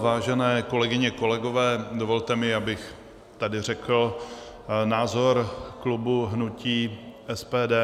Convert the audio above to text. Vážené kolegyně, kolegové, dovolte mi, abych tady řekl názor klubu hnutí SPD.